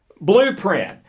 blueprint